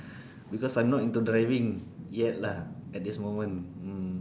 because I'm not into driving yet lah at this moment mm